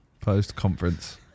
Post-conference